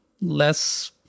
less